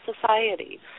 society